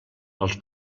els